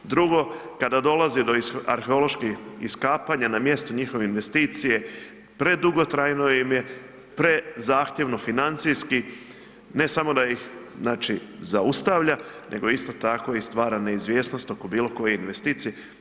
Drugo, kada dolazi do arheoloških iskapanja na mjestu njihove investicije, predugotrajno im je, prezahtjevno financijski, ne samo da ih, znači, zaustavlja, nego isto tako i stvara neizvjesnost oko bilo koje investicije.